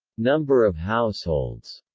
number of households